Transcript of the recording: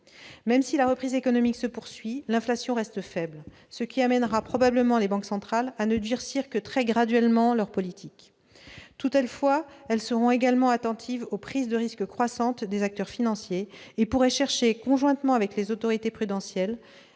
Même si la reprise économique se poursuit, l'inflation reste faible, ce qui amènera probablement les banques centrales à ne durcir que très graduellement leur politique. Toutefois, elles seront également attentives aux prises de risque croissantes des acteurs financiers et pourraient chercher, conjointement avec les autorités prudentielles,